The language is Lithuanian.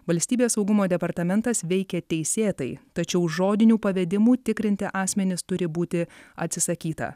valstybės saugumo departamentas veikė teisėtai tačiau žodinių pavedimų tikrinti asmenis turi būti atsisakyta